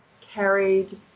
carried